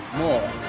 more